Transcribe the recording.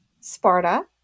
Sparta